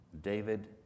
David